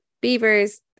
Beavers